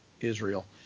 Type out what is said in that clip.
Israel